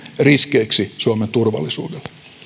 riskeiksi suomen turvallisuudelle